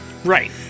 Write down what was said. Right